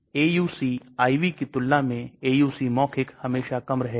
यह सबसे आदर्श है और यह बहुत अच्छा नहीं है